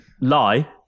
lie